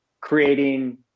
creating